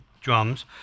drums